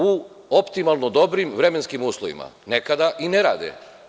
U optimalno dobrim vremenskim uslovima, nekada i ne rade.